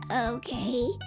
Okay